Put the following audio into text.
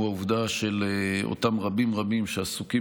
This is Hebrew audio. הוא העובדה שלאותם רבים רבים שעסוקים